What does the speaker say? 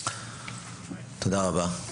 תודה רבה,